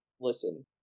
listen